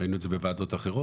ראינו את זה בוועדות אחרות.